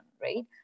right